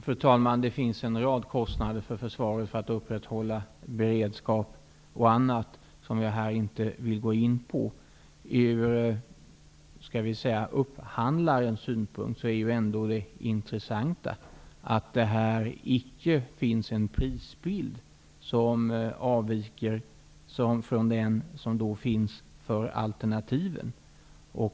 Fru talman! Försvaret har en rad kostnader för att upprätthålla beredskap m.m. som jag här inte vill gå in på. Ur så att säga upphandlarens synpunkt är ju ändå det intressanta att försvarets prisbild inte avviker från den som gäller för alternativen.